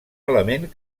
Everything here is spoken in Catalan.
element